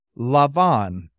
Lavan